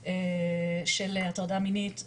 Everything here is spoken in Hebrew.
של הטרדה מינית,